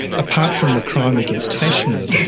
apart from the crime against fashion that it